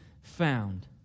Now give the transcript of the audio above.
found